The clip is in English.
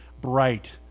bright